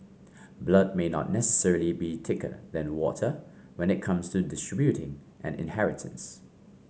blood may not necessarily be thicker than water when it comes to distributing an inheritance